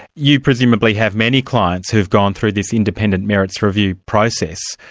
you presumably have many clients who've gone through this independent merits review process.